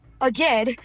again